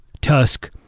Tusk